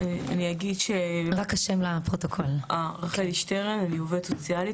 אני עובדת סוציאלית,